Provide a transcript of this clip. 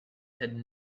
had